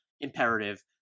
imperative